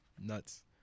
Nuts